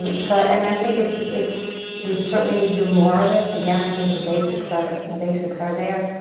um so i mean i think it's it's we certainly need to do more of it. again, i think the basics are basics are there.